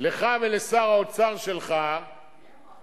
לך ולשר האוצר שלך,